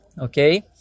okay